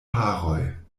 haroj